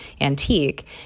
antique